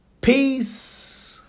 peace